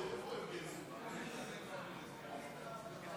51 בעד הצעת האי-אמון של המחנה הממלכתי, 59